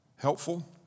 helpful